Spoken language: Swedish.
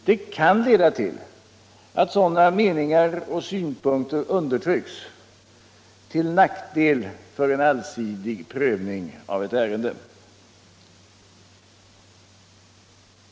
Det kan leda till att sådana meningar och synpunkter undertrycks, till nackdel för en allsidig prövning av ärende.